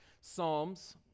psalms